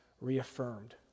reaffirmed